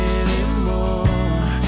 anymore